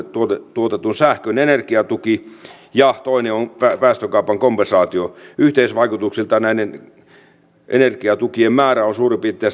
tuotetun sähkön energiatuki ja toinen on päästökaupan kompensaatio yhteisvaikutuksiltaan näiden energiatukien määrä on suurin piirtein